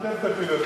אתם תפילו את